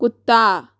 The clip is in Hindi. कुत्ता